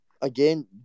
again